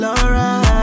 alright